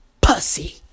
pussy